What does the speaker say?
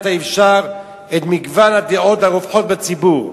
האפשר את מגוון הדעות הרווחות בציבור.